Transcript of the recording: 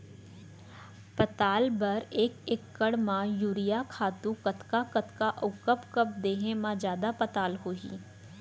पताल बर एक एकड़ म यूरिया खातू कतका कतका अऊ कब कब देहे म जादा पताल होही?